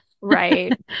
Right